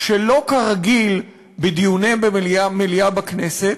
שלא כרגיל בדיוני מליאה בכנסת,